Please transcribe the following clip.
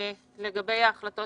לגבי ההחלטות